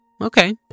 okay